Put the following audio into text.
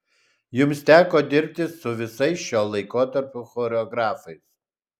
jums teko dirbti su visais šio laikotarpio choreografais